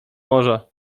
morza